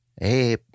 hey